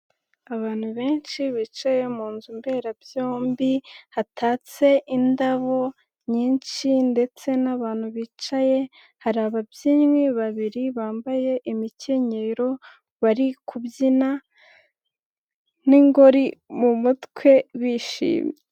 Abantu benshi bicaye mu nzu mberabyombi, hatatse indabo nyinshi, ndetse n'abantu bicaye, hari ababyinnyi babiri bambaye imikenyero bari kubyina n'ingori mu mutwe bishimye.